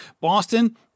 Boston